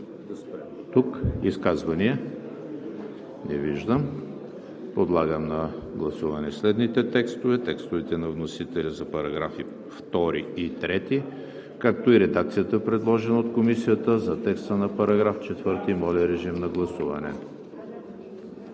Изказвания? Не виждам. Подлагам на гласуване следните текстове: текстовете на вносителя за параграфи 2 и 3, както и редакцията, предложена от Комисията за текста на § 4. Гласували